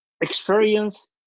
experience